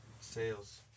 sales